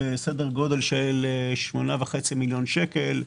בסדר גודל של 8.5 מיליון שקל.